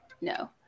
no